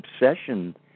obsession